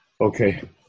okay